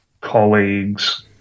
colleagues